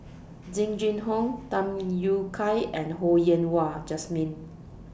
Jing Jun Hong Tham Yui Kai and Ho Yen Wah Jesmine